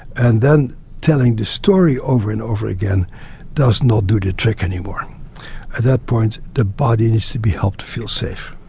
and then telling the story over and over again does not do the trick anymore. at that point the body needs to be helped to feel safe.